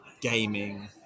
gaming